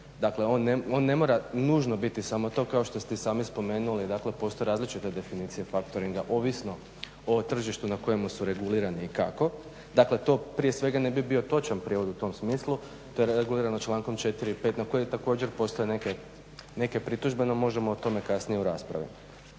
dakle on ne mora nužno biti samo to kao što ste i sami spomenuli dakle postoje različite definicije factoringa ovisno o tržištu na kojemu su regulirani i kako. Dakle, to prije svega ne bi bio točak prijevod u tom smislu, to je regulirano člankom 4. i 5. na koji također postoje neke pritužbe no možemo o tome kasnije u raspravi.